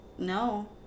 No